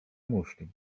muszli